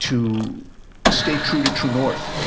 to stay true to true north,